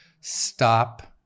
stop